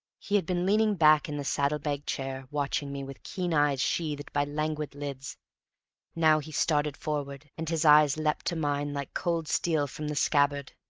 he had been leaning back in the saddle-bag chair, watching me with keen eyes sheathed by languid lids now he started forward, and his eyes leapt to mine like cold steel from the scabbard.